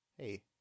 Hey